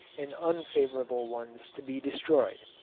and unfavourable ones to be destroyed.